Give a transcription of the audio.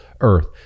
earth